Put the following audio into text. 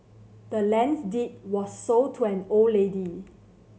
the land's deed was sold to the old lady